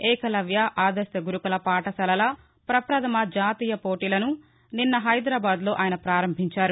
ఏకలవ్య ఆదర్భ గురుకుల పాఠశాలల ప్రధమజాతీయ పోటీలను నిన్న హైదరాబాద్లో ఆయన ప్రారంభించారు